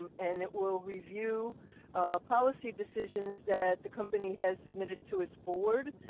um and it will review policy decisions that the company has submitted to its board.